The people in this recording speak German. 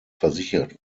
versichert